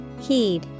Heed